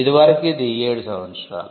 ఇది వరకు ఇది 7 సంవత్సరాలు